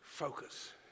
Focus